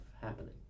happening